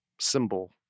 symbol